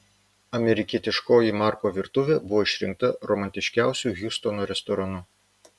amerikietiškoji marko virtuvė buvo išrinkta romantiškiausiu hjustono restoranu